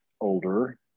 older